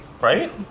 right